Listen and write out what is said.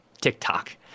TikTok